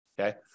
Okay